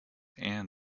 and